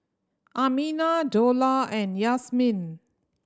Aminah Dollah and Yasmin